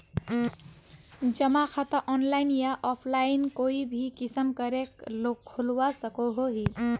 जमा खाता ऑनलाइन या ऑफलाइन कोई भी किसम करे खोलवा सकोहो ही?